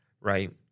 Right